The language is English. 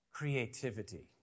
Creativity